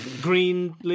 Green